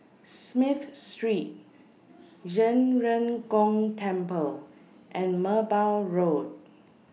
Smith Street Zhen Ren Gong Temple and Merbau Road